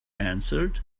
answered